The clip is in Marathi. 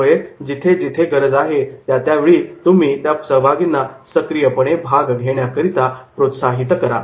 त्यामुळे जिथे जिथे गरज आहे त्या त्या वेळी तुम्ही अशा सहभागींना सक्रियपणे भाग घेण्याकरता प्रोत्साहित करा